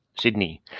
Sydney